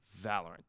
Valorant